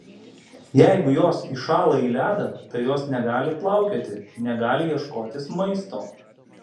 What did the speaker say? jeigu jos įšąla į ledą tai jos negali plaukioti negali ieškotis maisto